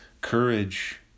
Courage